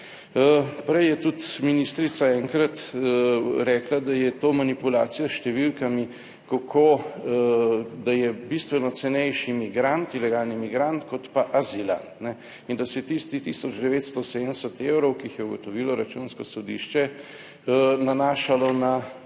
Prej je tudi ministrica enkrat rekla, da je to manipulacija s številkami, kako, da je bistveno cenejši migrant, ilegalni migrant kot pa azilant in da se je tistih tisoč 970 evrov, ki jih je ugotovilo Računsko sodišče nanašalo na